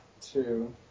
two